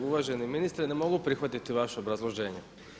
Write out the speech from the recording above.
Uvaženi ministre, ne mogu prihvatiti vaše obrazloženje.